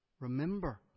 Remember